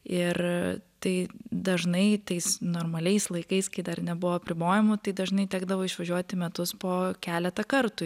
ir tai dažnai tais normaliais laikais kai dar nebuvo apribojimų tai dažnai tekdavo išvažiuot į metus po keletą kartų